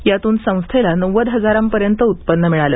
यातून संस्थेला नव्वद हजारांपर्यंत उत्पन्न मिळालं